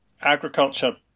agriculture